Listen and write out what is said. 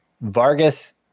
Vargas